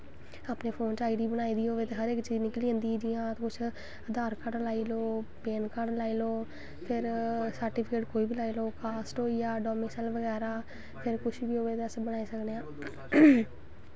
ते फोन च ID बनाई दी होए ते हर चीज़ निकली जंदी जि'यां कुछ आधार कार्ड़ लाई लैओ पैन कार्ड़ लाई लैओ फिर सर्टिफिकेट कोई बी होईया कास्ट होईया डोमिसाईल कोई बी होईया कुछ बी होए ते अस बनाई सकने आं